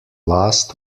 last